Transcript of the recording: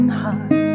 heart